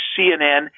CNN